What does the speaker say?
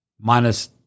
Minus